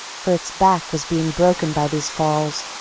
for its back was being broken by these falls.